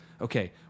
Okay